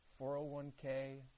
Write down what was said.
401k